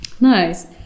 Nice